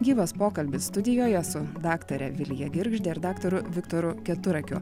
gyvas pokalbis studijoje su daktare vilija girgžde ir daktaru viktoru keturakiu